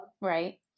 Right